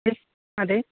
yes അതെ